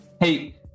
Hey